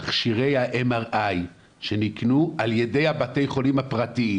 מכשירי ה-MRI שנקנו על ידי בתי החולים הפרטיים.